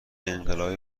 انقلابی